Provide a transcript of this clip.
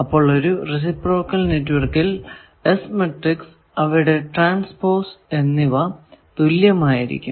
അപ്പോൾ ഒരു റേസിപ്രോക്കൽ നെറ്റ്വർക്കിൽ s മാട്രിക്സ് അവയുടെ ട്രാൻസ്പോസ് എന്നിവ തുല്യമായിരിക്കും